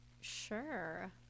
sure